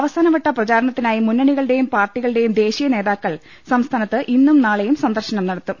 അവസാ നവട്ട പ്രചാരണത്തിനായി മുന്നണികളുടെയും പാർട്ടികളു ടെയും ദേശീയ നേതാക്കൾ സംസ്ഥാനത്ത് ഇന്നും നാളെയും സന്ദർശനം നടത്തും